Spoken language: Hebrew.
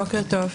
בוקר טוב,